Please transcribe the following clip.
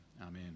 Amen